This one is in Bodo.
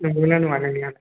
नंगौना नङा जेनेबा